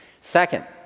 Second